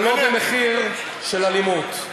אבל לא במחיר של אלימות.